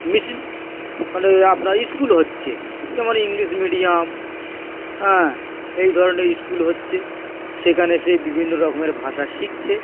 মিশ মানে আপনার স্কুল হচ্ছে যেমন ইংলিশ মিডিয়াম হ্যাঁ এই ধরনের স্কুল হচ্ছে সেখানে সে বিভিন্ন রকমের ভাষা শিখছে